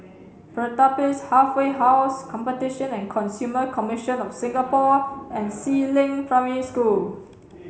Pertapis Halfway House Competition and Consumer Commission of Singapore and Si Ling Primary School